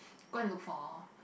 go and look for